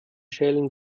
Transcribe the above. schälen